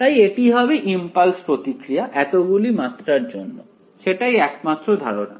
তাই এটি হবে ইমপালস প্রতিক্রিয়া এতগুলি মাত্রার জন্য সেটাই একমাত্র ধারণা